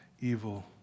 evil